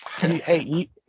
Hey